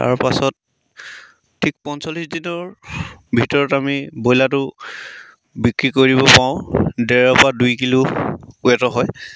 তাৰ পাছত ঠিক পঞ্চল্লিছ দিনৰ ভিতৰত আমি ব্ৰইলাৰটো বিক্ৰী কৰিব পাৰোঁ ডেৰৰপৰা দুই কিলো ৱেটৰ হয়